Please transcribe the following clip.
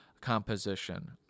composition